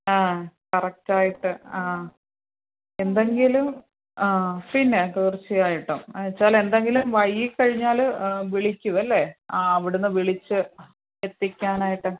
ആ കറക്റ്റ് ആയിട്ട് ആ എന്തെങ്കിലും ആ പിന്നെ തീർച്ചയായിട്ടും അതേച്ചാല് എന്തെങ്കിലും വൈകി കഴിഞ്ഞാൽ വിളിക്കും അല്ലേ ആ അവിടെ നിന്ന് വിളിച്ച് എത്തിക്കാനായിട്ട്